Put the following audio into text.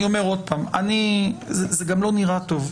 אני אומר שוב שזה גם לא נראה טוב.